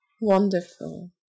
Wonderful